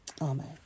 Amen